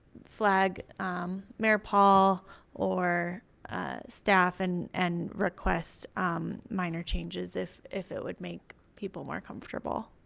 flag mayor paul or staff and and request minor changes if if it would make people more comfortable.